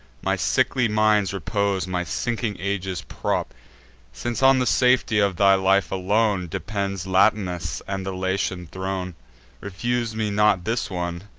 my sickly mind's repose, my sinking age's prop since on the safety of thy life alone depends latinus, and the latian throne refuse me not this one,